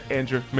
Andrew